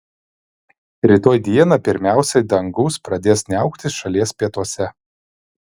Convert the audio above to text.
rytoj dieną pirmiausia dangus pradės niauktis šalies pietuose